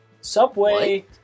Subway